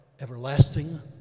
everlasting